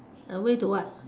a way to what